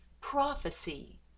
prophecy